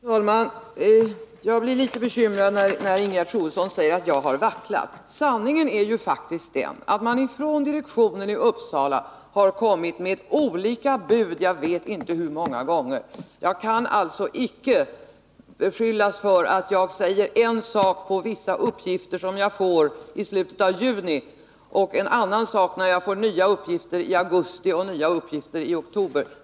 Herr talman! Jag blir litet bekymrad när Ingegerd Troedsson säger att jag har vacklat. Sanningen är ju faktiskt den att man — jag vet inte hur många gånger — från direktionen i Uppsala har kommit med olika bud. Jag kan alltså icke klandras för att jag säger en sak på basis av vissa uppgifter som jag får i slutet av juni och en annan sak när jag får nya uppgifter i augusti och ytterligare nya uppgifter i oktober.